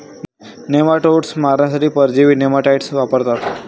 nematodes मारण्यासाठी परजीवी nematicides वापरतात